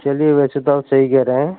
چلیے ویسے تو آپ صحیح کہہ رہے ہیں